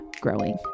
growing